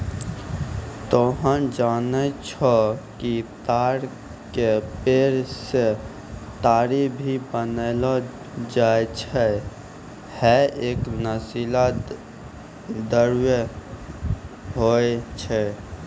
तोहं जानै छौ कि ताड़ के पेड़ सॅ ताड़ी भी बनैलो जाय छै, है एक नशीला द्रव्य होय छै